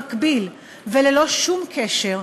במקביל וללא שום קשר,